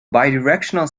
bidirectional